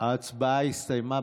ההצבעה הסתיימה.